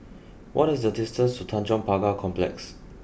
what is the distance to Tanjong Pagar Complex